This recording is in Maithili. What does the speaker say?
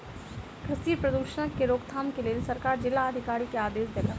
कृषि प्रदूषणक के रोकथाम के लेल सरकार जिला अधिकारी के आदेश देलक